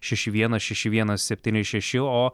šeši vienas šeši vienas septyni šeši o